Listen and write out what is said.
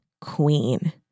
queen